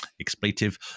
expletive